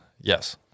Yes